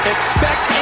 Expect